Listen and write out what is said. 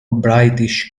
british